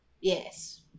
Yes